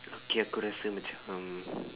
okay aku rasa macam